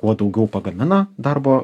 kuo daugiau pagamina darbo